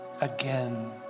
again